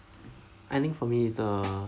I think for me is the